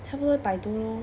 差不多百多 lor